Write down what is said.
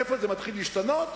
איפה זה מתחיל להשתנות,